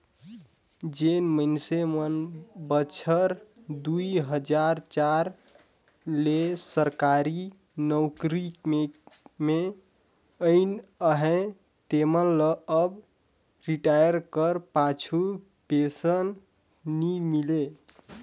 जेन मइनसे मन बछर दुई हजार चार ले सरकारी नउकरी में अइन अहें तेमन ल अब रिटायर कर पाछू पेंसन नी मिले